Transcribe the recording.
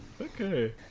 Okay